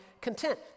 content